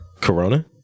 corona